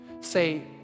Say